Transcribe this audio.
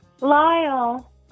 Lyle